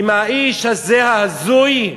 עם האיש הזה, ההזוי,